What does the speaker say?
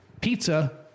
pizza